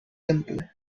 temple